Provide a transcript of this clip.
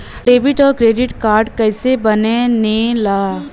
Debit और credit card कईसे बने ने ला?